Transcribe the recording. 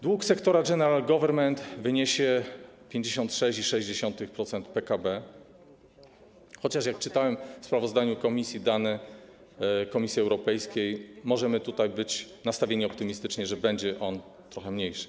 Dług sektora general government wyniesie 56,6% PKB, chociaż jak czytałem w sprawozdaniu komisji dane Komisji Europejskiej, możemy być nastawieni optymistycznie, że będzie on trochę mniejszy.